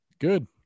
Good